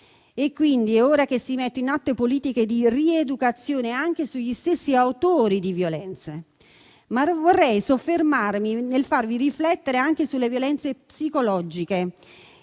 fare. È ora di mettere in atto politiche di rieducazione, anche sugli stessi autori di violenze. Ma vorrei soffermarmi nel farvi riflettere anche sulle violenze psicologiche.